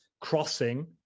crossing